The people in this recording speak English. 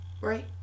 Right